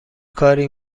کاری